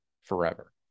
forever